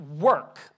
work